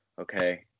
okay